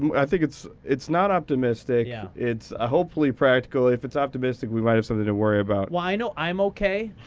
um i think it's it's not optimistic. yeah. it's ah hopefully practical. if it's optimistic, we might have something to worry about. well, i know i'm ok,